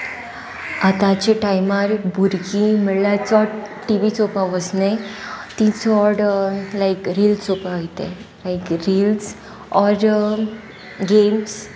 आतांच्या टायमार भुरगीं म्हणल्यार चड टि वी चोवपाक वचन ती चड लायक रिल्स चोवपा वयत लायक रिल्स ऑर गेम्स